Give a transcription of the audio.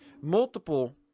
Multiple